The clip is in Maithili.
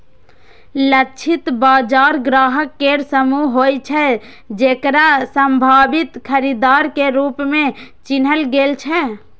लक्षित बाजार ग्राहक केर समूह होइ छै, जेकरा संभावित खरीदार के रूप मे चिन्हल गेल छै